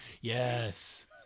Yes